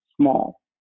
small